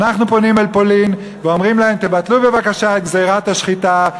אנחנו פונים אל פולין ואומרים להם: תבטלו בבקשה את גזירת השחיטה,